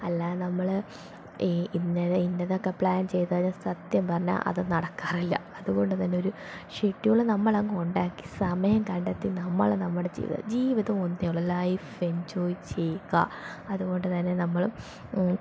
അല്ലാതെ നമ്മൾ ഈ ഇന്ന ഇന്നതൊക്കെ പ്ലാൻ ചെയ്താൽ സത്യം പറഞ്ഞാൽ അത് നടക്കാറില്ല അതുകൊണ്ട് തന്നെ ഒരു ഷെഡ്യൂള് നമ്മളങ്ങ് ഉണ്ടാക്കി സമയം കണ്ടെത്തി നമ്മൾ നമ്മുടെ ജീവിതം ജീവിതം ഒന്നേയുള്ളൂ ലൈഫ് എൻജോയ് ചെയ്യുക അതുകൊണ്ട് തന്നെ നമ്മളും